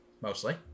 mostly